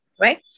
Right